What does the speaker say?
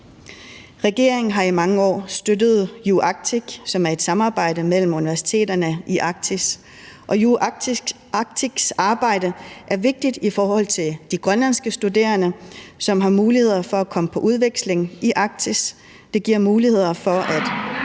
Regeringen har i mange år støttet UArctic, som er et samarbejde mellem universiteterne i Arktis. UArctics arbejde er vigtigt for de grønlandske studerende, som har mulighed for at komme på udveksling i Arktis. Det giver mulighed for, at